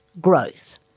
growth